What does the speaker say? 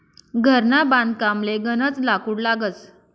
घरना बांधकामले गनज लाकूड लागस